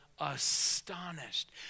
Astonished